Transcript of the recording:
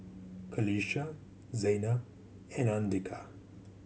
Qalisha Zaynab and Andika